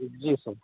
जी sir